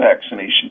vaccination